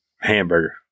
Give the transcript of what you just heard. hamburger